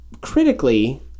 critically